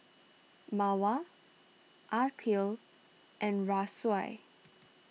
Mawar Aqil and Raisya